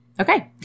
Okay